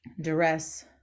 duress